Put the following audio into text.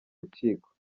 rukiko